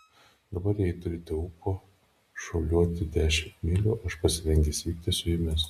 dabar jei turite ūpo šuoliuoti dešimt mylių aš pasirengęs vykti su jumis